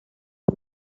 und